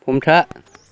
हमथा